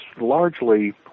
largely